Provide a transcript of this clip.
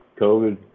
COVID